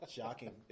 shocking